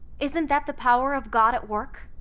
isn't that the power of god at work?